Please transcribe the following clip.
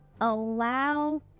allow